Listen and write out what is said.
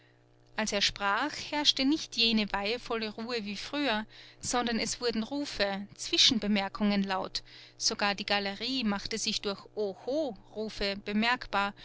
als er sprach herrschte nicht jene weihevolle ruhe wie früher sondern es wurden rufe zwischenbemerkungen laut sogar die galerie machte sich durch oho rufe bemerkbar